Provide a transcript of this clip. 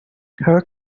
her